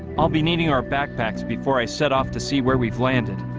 i'll be needing our backpacks before i set off to see where we've landed